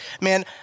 Man